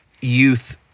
youth